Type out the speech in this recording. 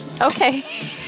okay